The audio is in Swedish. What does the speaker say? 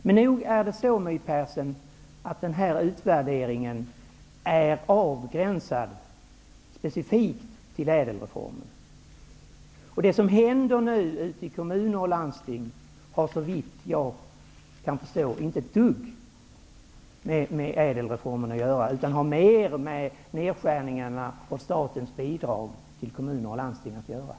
Men visst är det så, My Persson, att denna utvärdering är avgränsad specifikt till ÄDEL reformen. Det som händer nu ute i kommuner och landsting har, såvitt jag kan förstå, inte ett dugg med ÄDEL-reformen att göra utan har mer med nedskärningarna i statens bidrag till kommuner och landsting att göra.